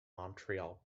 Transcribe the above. montreal